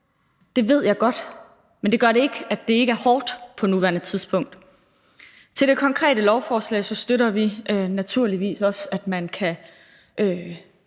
det ved jeg godt, men det gør ikke, at det ikke er hårdt på nuværende tidspunkt. I forhold til det konkrete lovforslag støtter vi naturligvis, at ministeren